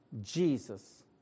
Jesus